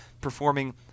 performing